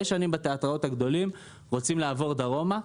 שנים בתיאטראות הגדולים רוצים לעבור דרומה.